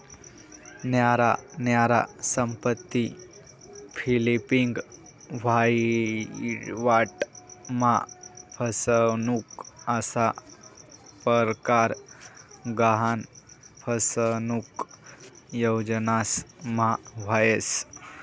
न्यारा न्यारा संपत्ती फ्लिपिंग, वहिवाट मा फसनुक असा परकार गहान फसनुक योजनास मा व्हस